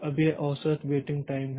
अब यह औसत वेटिंग टाइम है